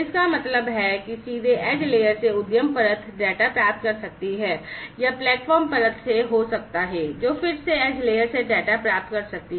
इसका मतलब है कि सीधे एज लेयर से उद्यम परत डेटा प्राप्त कर सकती है या यह प्लेटफ़ॉर्म परत से हो सकता है जो फिर से एज लेयर से डेटा प्राप्त कर सकती है